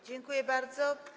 Dziękuję bardzo.